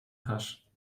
pasch